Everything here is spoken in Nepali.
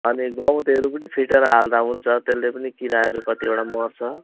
अनि गौतहरू पनि फिटेर हाल्दा हुन्छ त्यसले पनि किराहरू कतिवटा मर्छ